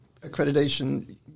accreditation